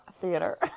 theater